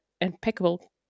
impeccable